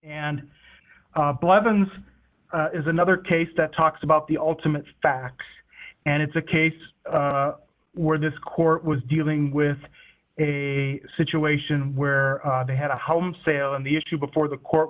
blevins is another case that talks about the ultimate facts and it's a case where this court was dealing with a situation where they had a home sale and the issue before the court